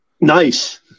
Nice